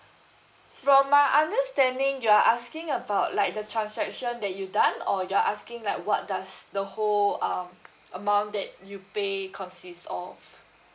from my understanding you are asking about like the transaction that you done or you are asking like what does the whole um amount that you pay consist of